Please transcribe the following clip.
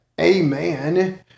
Amen